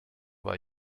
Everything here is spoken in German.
war